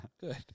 Good